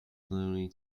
slowly